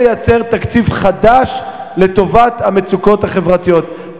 לייצר תקציב חדש לטובת המצוקות החברתיות.